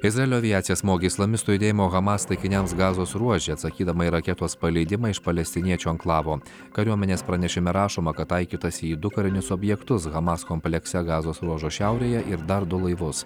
izraelio aviacija smogė islamistų judėjimo hamas taikiniams gazos ruože atsakydama į raketos paleidimą iš palestiniečių anklavo kariuomenės pranešime rašoma kad taikytasi į du karinius objektus hamas komplekse gazos ruožo šiaurėje ir dar du laivus